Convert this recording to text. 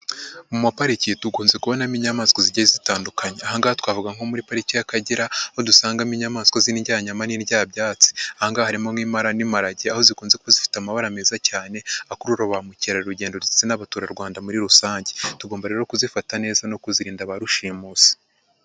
Mu mapariki dukunze kubonamo inyamaswa zigiye zitandukanye, aha ngaha twavuga nko muri Pariki y'Akagera, aho dusangamo inyamaswa z'indyanyama n'indyabyatsi, aha ngaha harimo nk'impara n'imparage, aho zikunze kuba zifite amabara meza cyane akurura ba mukerarugendo ndetse n'abaturarwanda muri rusange, tugomba rero kuzifata neza no kuzirinda ba rushimusi.